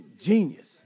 genius